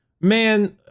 man